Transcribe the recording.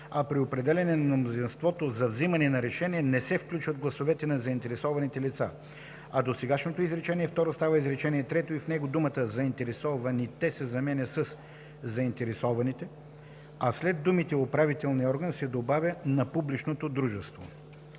а при определяне на мнозинството за вземане на решение не се включват гласовете на заинтересованите лица.”, а досегашното изречение второ става изречение трето и в него думата „Заинтересуваните“ се заменя със „Заинтересованите“ и след думите „управителния орган” се добавя „на публичното дружество”.